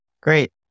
great